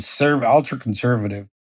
ultra-conservative